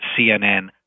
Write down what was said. CNN